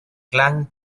clan